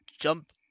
jump